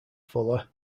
fuller